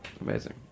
Amazing